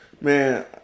man